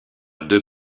deux